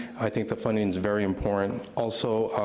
i think the funding is very important. also,